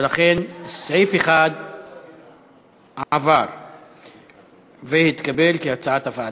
ולכן סעיף 1 עבר והתקבל כהצעת הוועדה.